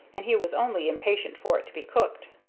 and he was only impatient for it to be cooked.